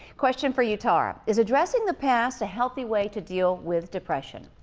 question for you, tara, is addressing the past a healthy way to deal with depression?